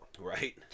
Right